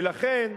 ולכן,